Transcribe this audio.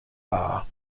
bar